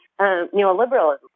neoliberalism